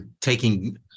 taking